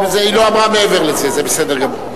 היא לא אמרה מעבר לזה, זה בסדר גמור.